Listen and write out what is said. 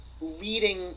leading